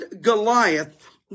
Goliath